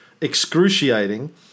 excruciating